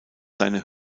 seine